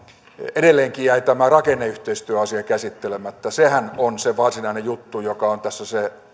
edelleenkin jäi tämä rakenneyhteistyöasia käsittelemättä sehän on se varsinainen juttu joka on tässä se